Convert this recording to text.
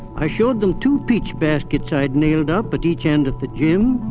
i showed them two peach baskets i'd nailed up at each end at the gym.